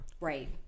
Right